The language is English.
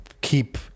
keep